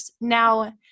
Now